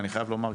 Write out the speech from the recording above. אני חייב לומר,